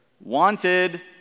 Wanted